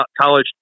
college